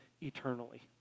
eternally